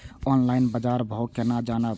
Online बाजार भाव केना जानब?